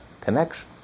connection